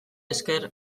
esker